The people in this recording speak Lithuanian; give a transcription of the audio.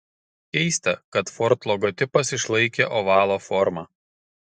keista kad ford logotipas išlaikė ovalo formą